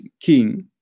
king